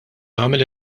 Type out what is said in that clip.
tagħmel